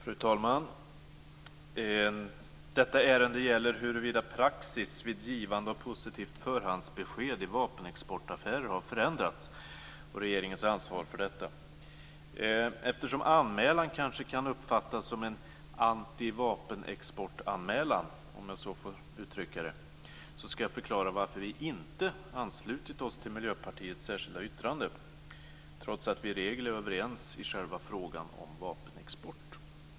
Fru talman! Detta ärende gäller huruvida praxis vid givande av positivt förhandsbesked i vapenexportaffärer har förändrats och regeringens ansvar för detta. Eftersom anmälan kanske kan uppfattas som en antivapenexportanmälan, om jag så får uttrycka det, skall jag förklara varför vi inte anslutit oss till Miljöpartiets särskilda yttrande, trots att vi i regel är överens i själva frågan om vapenexport.